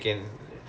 ya